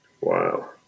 Wow